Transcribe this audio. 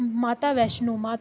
Mata Vaishno